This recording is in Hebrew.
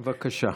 בבקשה.